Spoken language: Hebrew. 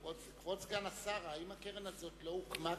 כבוד סגן השר, האם הקרן הזאת לא הוקמה כבר?